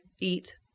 eat